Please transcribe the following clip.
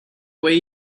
way